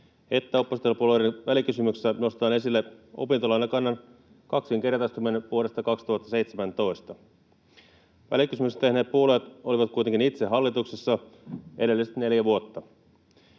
että oppositiopuolueiden välikysymyksessä nostetaan esille opintolainakannan kaksinkertaistuminen vuodesta 2017. Välikysymyksen tehneet puolueet olivat kuitenkin itse hallituksessa edelliset neljä vuotta.